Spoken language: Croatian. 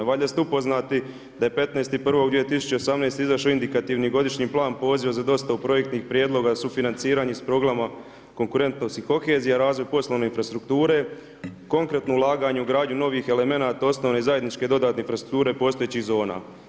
Valjda ste upoznati da je 15.1.2018. izašao indikativni godišnji plan poziva za dostavu projektnih prijedloga sufinanciranih iz Programa konkurentnost i kohezija, Razvoj poslovne infrastrukture, konkretno ulaganje u gradnju novih elemenata osnovnih i zajedničke dodatne infrastrukture postojećih zona.